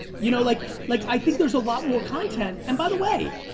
you know like like i think there's a lot more content, and by the way,